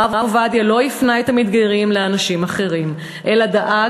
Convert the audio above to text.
הרב עובדיה לא הפנה את המתגיירים לאנשים אחרים אלא דאג